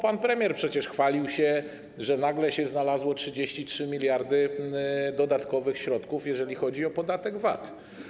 Pan premier przecież chwalił się, że nagle się znalazło 33 mld dodatkowych środków, jeżeli chodzi o podatek VAT.